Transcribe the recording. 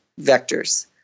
vectors